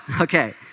okay